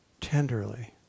tenderly